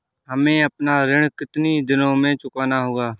हमें अपना ऋण कितनी दिनों में चुकाना होगा?